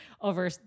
over